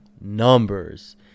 numbers